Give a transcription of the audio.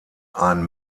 ein